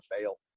fail